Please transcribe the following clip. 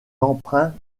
emprunts